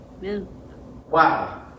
Wow